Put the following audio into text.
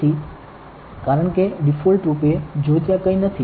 તેથી કારણ કે ડિફોલ્ટ રૂપે જો ત્યાં કંઈ નથી